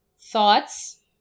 Thoughts